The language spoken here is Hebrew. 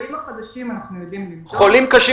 חולים חדשים אנחנו יודעים למדוד --- חולים קשים